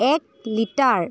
এক লিটাৰ